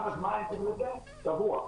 שבוע.